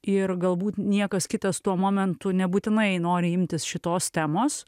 ir galbūt niekas kitas tuo momentu nebūtinai nori imtis šitos temos